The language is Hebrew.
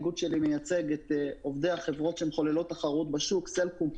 האיגוד שלי מייצג את עובדי החברות שמחוללות תחרות בשוק סלקום,